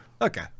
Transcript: Okay